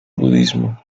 budismo